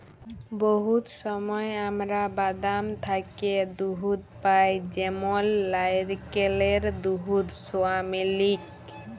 বহুত সময় আমরা বাদাম থ্যাকে দুহুদ পাই যেমল লাইরকেলের দুহুদ, সয়ামিলিক